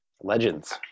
Legends